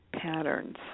patterns